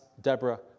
Deborah